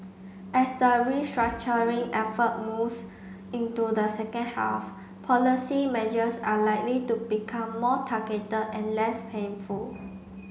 as the restructuring effort moves into the second half policy measures are likely to become more targeted and less painful